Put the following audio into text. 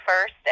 first